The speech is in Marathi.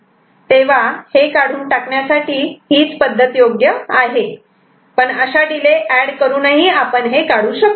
तेव्हा हे काढून टाकण्यासाठी हीच योग्य पद्धत आहे पण अशा डिले एड करूनही आपण हे काढू शकतो